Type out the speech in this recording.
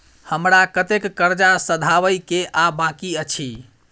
हमरा कतेक कर्जा सधाबई केँ आ बाकी अछि?